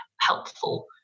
helpful